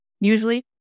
usually